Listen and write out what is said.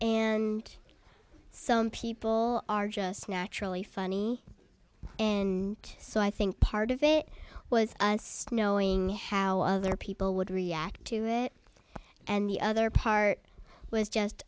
and some people are just naturally funny and so i think part of it was knowing how other people would react to it and the other part was just